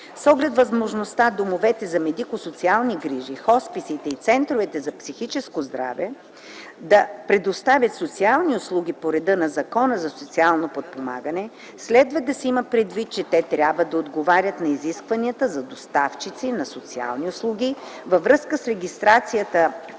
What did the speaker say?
С оглед възможността домовете за медико-социални грижи, хосписите и центровете за психично здраве да предоставят социални услуги по реда на Закона за социално подпомагане следва да се има предвид, че те трябва да отговарят на изискванията за доставчици на социални услуги във връзка с регистрацията в Агенцията